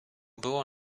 było